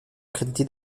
crédité